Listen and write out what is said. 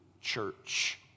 church